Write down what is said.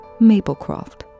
Maplecroft